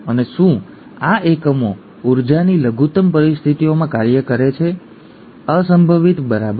અને શું આ એકમો ઊર્જાની લઘુત્તમ પરિસ્થિતિઓમાં કાર્ય કરે છે અસંભવિત બરાબર